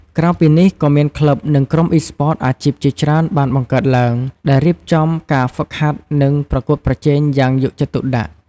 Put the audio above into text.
ក្រៅពីនេះ ក៏មានក្លឹប និងក្រុម Esports អាជីពជាច្រើនបានបង្កើតឡើង ដែលរៀបចំការហ្វឹកហាត់ និងប្រកួតប្រជែងយ៉ាងយកចិត្តទុកដាក់។